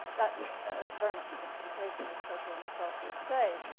that's very much simplification as creswell himself would say.